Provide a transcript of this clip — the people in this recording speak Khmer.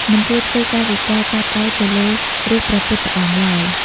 មិនគួរធ្វើកាយវិការ ចាប់ដៃទៅលើរូបព្រះពុទ្ធអង្គឡើយ។